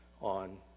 on